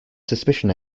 suspicion